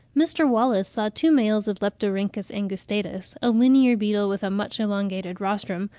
mr. wallace saw two males of leptorhynchus angustatus, a linear beetle with a much elongated rostrum,